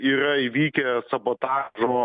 yra įvykę sabotažo